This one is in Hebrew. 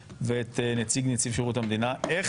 ולא שעשרה אנשים יחליטו --- לא,